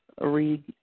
read